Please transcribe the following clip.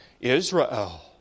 Israel